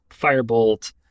Firebolt